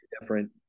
different